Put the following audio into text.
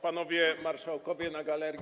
Panowie marszałkowie na galerii!